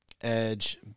Edge